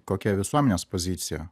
kokia visuomenės pozicija